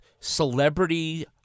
celebrity